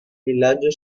villaggio